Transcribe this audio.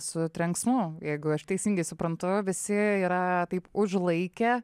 su trenksmu jeigu aš teisingai suprantu visi yra taip užlaikę